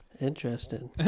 Interesting